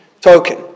token